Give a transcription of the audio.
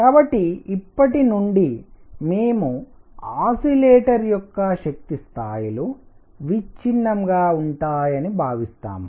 కాబట్టి ఇప్పటి నుండి మేము ఆసిలేటర్ యొక్క శక్తి స్థాయిలు విచ్ఛిన్నంక్వా న్టైజ్డ్ గా ఉంటాయని భావిస్తాం